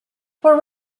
for